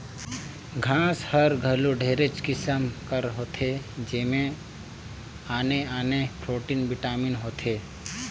घांस हर घलो ढेरे किसिम कर होथे जेमन में आने आने प्रोटीन, बिटामिन होथे